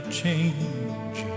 change